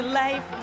life